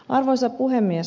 arvoisa puhemies